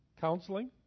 Counseling